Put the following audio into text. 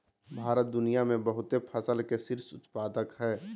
भारत दुनिया में बहुते फसल के शीर्ष उत्पादक हइ